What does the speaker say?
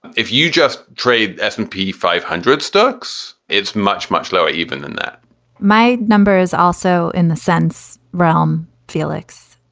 if you just trade s and p five hundred stocks, it's much, much lower even than that my numbers also in the sense realm, felix.